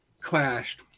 clashed